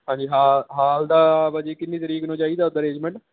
ਹਾਂਜੀ ਹਾ ਹਾਲ ਦਾ ਭਾਅ ਜੀ ਕਿੰਨੀ ਤਰੀਕ ਨੂੰ ਚਾਹੀਦਾ ਉੱਦਾਂ ਅਰੇਂਜਮੈਂਟ